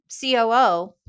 COO